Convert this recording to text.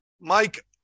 Mike